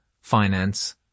finance